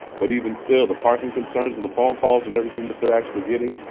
but even still, the parking concerns and the phone calls and everything that they're actually getting,